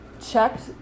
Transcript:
checked